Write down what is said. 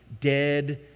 dead